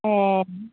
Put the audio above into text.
ए